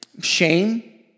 shame